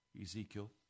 Ezekiel